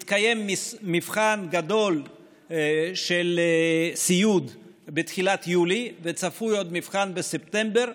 התקיים מבחן גדול של סיעוד בתחילת יולי וצפוי עוד מבחן בספטמבר.